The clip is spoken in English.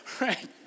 Right